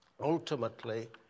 ultimately